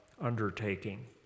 undertaking